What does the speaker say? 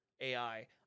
AI